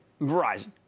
verizon